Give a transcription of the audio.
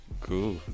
cool